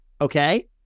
Okay